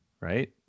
right